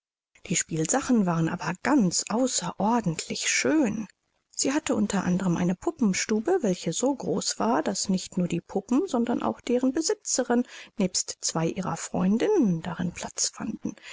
die spielsachen waren aber ganz außerordentlich schön sie hatte unter anderm eine puppenstube welche so groß war daß nicht nur die puppen sondern auch deren besitzerin nebst zwei ihrer freundinnen darin platz fanden